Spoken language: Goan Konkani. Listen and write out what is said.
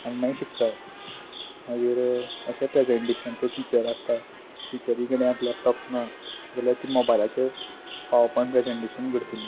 आनी मागीर शिकता मागीर अशें प्रेसेंनटेशन सो टिचर आसता टिचरीक आतां लॅपटॉप ना जाल्याक ती मोबायलाचेर पावर पोयंट प्रेसेंनटेशन करतली